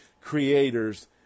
creators